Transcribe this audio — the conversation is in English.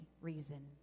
reason